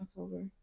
October